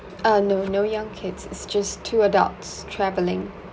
uh no no young kids it's just two adults traveling